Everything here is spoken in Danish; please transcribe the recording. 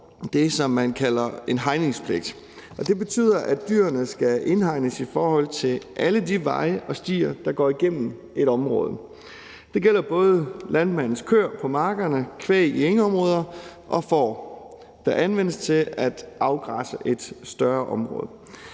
det, som man kalder en hegningspligt, og det betyder, at dyrene skal indhegnes i forhold til alle de veje og stier, der går igennem et område. Det gælder både landmandens køer på markerne, kvæg i engområder og får, der anvendes til at afgræsse et større område.